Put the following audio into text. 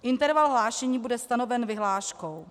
Interval hlášení bude stanoven vyhláškou.